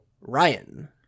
ryan